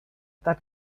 that